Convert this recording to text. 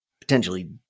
potentially